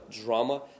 drama